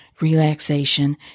relaxation